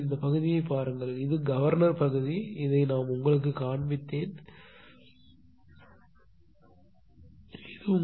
பிறகு இந்த பகுதியை பாருங்கள் இது கவர்னர் பகுதி இதை நாம் உங்களுக்கு காண்பிப்பேன் நான் உங்களுக்கு பிடித்துக் காட்டுகிறேன்